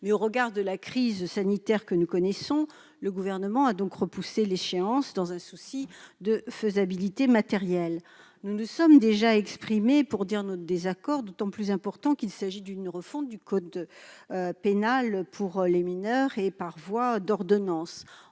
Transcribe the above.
mais, en raison de la crise sanitaire que nous connaissons, le Gouvernement a repoussé l'échéance, dans un souci de faisabilité matérielle. Nous nous sommes déjà exprimés pour dire notre désaccord quant au fond, désaccord d'autant plus important qu'il s'agit d'une refonte du code pénal pour les mineurs par voie d'ordonnance.